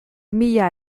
mila